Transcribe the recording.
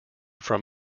from